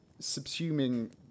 subsuming